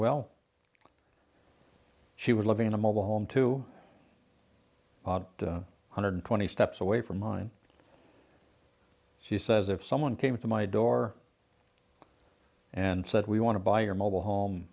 well she was living in a mobile home two hundred twenty steps away from mine she says if someone came to my door and said we want to buy your mobile home